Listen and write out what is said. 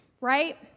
right